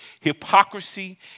hypocrisy